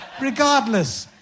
Regardless